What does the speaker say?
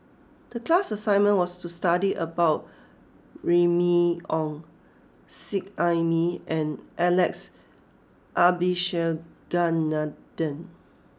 the class assignment was to study about Remy Ong Seet Ai Mee and Alex Abisheganaden